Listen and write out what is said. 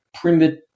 primitive